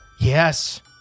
yes